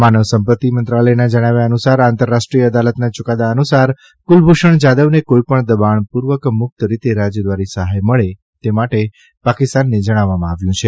માનવસંપત્તિ મંંત્રાલયના જણાવ્યા અનુસાર આંતરરાષ્ટ્રીય અદાલતના યુકાદા અનુસાર કુલભૂષણ જાદવને કોઇપણ દબાણપૂર્વક મુક્ત રીતે રાજદ્વારી સહાય મળે તે માટે પાકિસ્તાનને જણાવવામાં આવ્યું છે